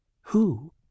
Who